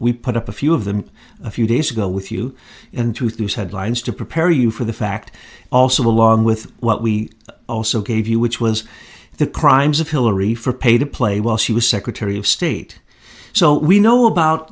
we put up a few of them a few days ago with you and two things headlines to prepare you for the fact also along with what we also gave you which was the crimes of hillary for pay to play while she was secretary of state so we know about